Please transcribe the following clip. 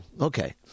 Okay